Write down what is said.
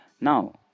now